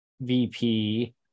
VP